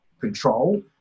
control